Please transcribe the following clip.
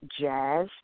Jazz